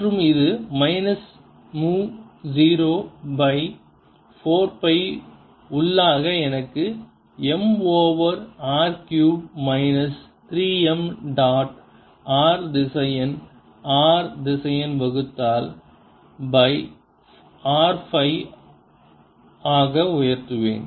மற்றும் இது minus mu zero by 4 pi உள்ளாக எனக்கு m over r cube minus 3 m dot r திசையன் r திசையன் வகுத்தல் பை r 5 ஐ உயர்த்துவேன்